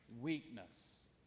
weakness